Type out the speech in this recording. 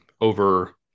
over